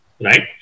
Right